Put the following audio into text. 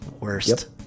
Worst